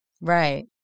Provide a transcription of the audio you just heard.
Right